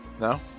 No